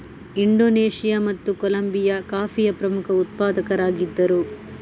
Indonesia ಮತ್ತು Colombia ಕಾಫಿಯ ಪ್ರಮುಖ ಉತ್ಪಾದಕರಾಗಿದ್ದರು